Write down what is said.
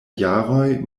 jaroj